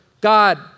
God